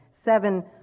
seven